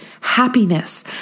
happiness